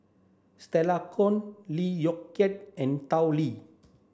Stella Kon Lee Yong Kiat and Tao Li